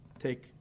take